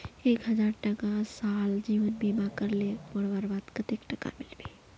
एक हजार टका साल जीवन बीमा करले मोरवार बाद कतेक टका मिलबे?